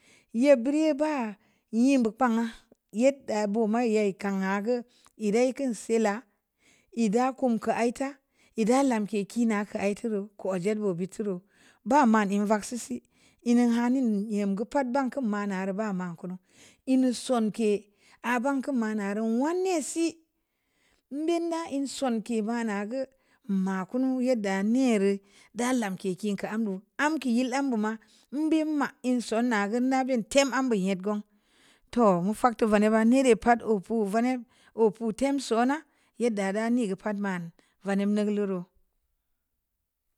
Ya biri yeba yinbu pangha yadda bu mai ye kan ha'agwu ldaikun sila lda kumka aita lda lamke kina kai turu ko ojebulbu turu ba man e vang sisi nnene hanin en yingu pat banku ma naru bama kunu inu sonke abunkun ma naru wanisi binna en sonke ba nagu ma kunu yəddə niiru də ləmke kikən ndu amke yil am buma nbima lnso nəgu nəbim tem abi nye go to mufa'ag tənivava niira pat opu vani opu tem so nə nyiddə də ni gha pət mən vənim gu guluru.